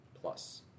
Plus